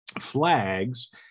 flags